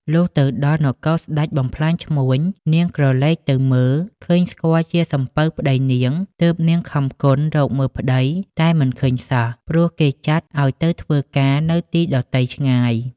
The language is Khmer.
លុះទៅដល់នគរស្តេចបំផ្លាញឈ្មួញ នាងក្រឡេកទៅឃើញស្គាល់ជាសំពៅប្ដីនាង ទើបនាងខំគន់ រកមើលប្តី តែមិនឃើញសោះ ព្រោះគេចាត់ឲ្យទៅធ្វើការនៅទីដទៃឆ្ងាយ ។